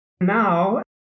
Now